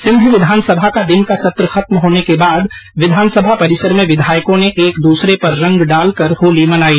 सिंध विधान सभा का दिन का सत्र खत्म होने के बाद विधानसभा परिसर में विधायकों ने एक दूसरे पर रंग डालकर होली मनायी